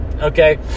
okay